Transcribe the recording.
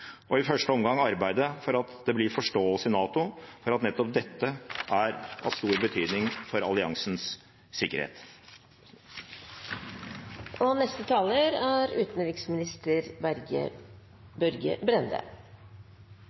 og i første omgang arbeide for at det blir forståelse i NATO for at dette er av stor betydning for alliansens